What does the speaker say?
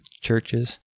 churches